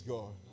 God